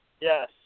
Yes